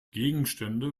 gegenstände